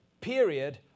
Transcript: period